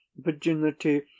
virginity